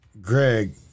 Greg